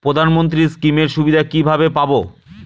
প্রধানমন্ত্রী স্কীম এর সুবিধা কিভাবে পাবো?